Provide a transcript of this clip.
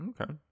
Okay